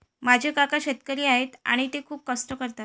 माझे काका शेतकरी आहेत आणि ते खूप कष्ट करतात